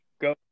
Go